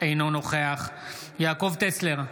אינו נוכח יעקב טסלר,